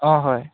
অঁ হয়